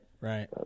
Right